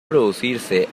producirse